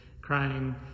crying